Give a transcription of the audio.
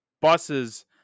buses